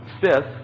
fifth